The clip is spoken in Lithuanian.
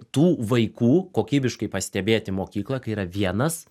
tų vaikų kokybiškai pastebėti mokykloj kai yra vienas